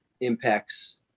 impacts